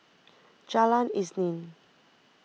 Jalan Isnin